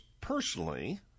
personally